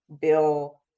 bill